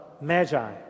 Magi